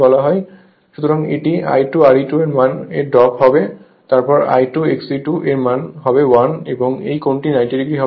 সুতরাং এটি I2 Re2 মান এর ড্রপ হবে এবং তারপর I2 XE2 এর মান হবে 1 এবং এই কোণটি 90o হবে